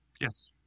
Yes